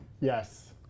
Yes